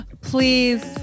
Please